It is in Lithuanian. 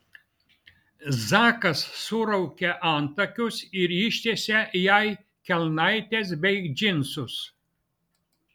zakas suraukė antakius ir ištiesė jai kelnaites bei džinsus